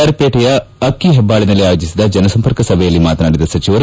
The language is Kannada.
ಆರ್ ಪೇಟೆಯ ಅಕ್ಕಿಹೆಬ್ಗಾಳನಲ್ಲಿ ಆಯೋಜಿಸಿದ್ದ ಜನಸಂಪರ್ಕ ಸಭೆಯಲ್ಲಿ ಮಾತನಾಡಿದ ಸಚಿವರು